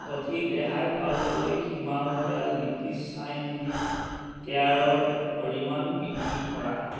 অধিক ৰেহাই পাবলৈ হিমালয়া লিট্ছি চাইন লিপ কেয়াৰৰ পৰিমাণ বৃদ্ধি কৰা